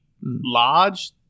large